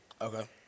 Okay